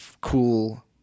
cool